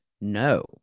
no